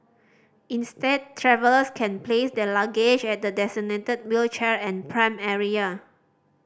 instead travellers can place their luggage at the designated wheelchair and pram area